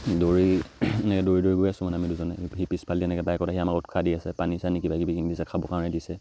দৌৰি এনেকৈ দৌৰি দৌৰি গৈ আছোঁ মানে দুজনে সি পিছফালে এনেকৈ বাইকত আহি আমাক উৎসাহ দি আছে পানী চানী বা কিবি কিনি দিছে খাব কাৰণে দিছে